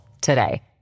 today